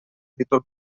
títol